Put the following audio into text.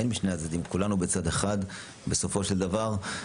אין משני הצדדים, כולנו מצד אחד בסופו של דבר.